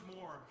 more